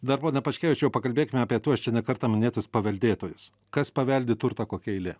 dar pone paškevičiau pakalbėkime apie tuos čia ne kartą minėtus paveldėtojus kas paveldi turtą kokia eilė